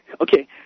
Okay